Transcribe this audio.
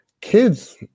Kids